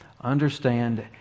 understand